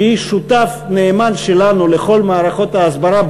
שהיא שותף נאמן שלנו לכל מערכות ההסברה,